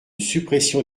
suppression